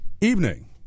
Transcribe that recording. evening